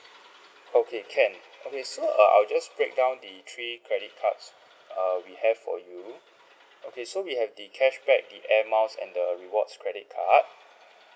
okay can okay so uh I'll just break down the three credit cards uh we have for you okay so we have the cashback the Air Miles and the rewards credit card